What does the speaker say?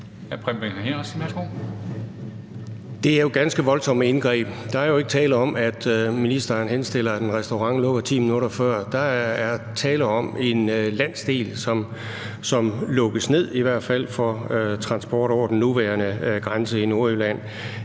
Det er jo ganske voldsomme indgreb. Der er ikke tale om, at ministeren henstiller til, at en restaurant lukker 10 minutter før; der er tale om en landsdel, som lukkes ned, i hvert fald for transport over den nuværende grænse i Nordjylland.